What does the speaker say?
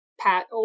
Pat